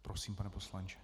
Prosím, pane poslanče.